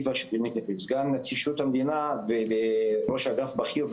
סגן נציב שירות המדינה וראש אגף בכיר,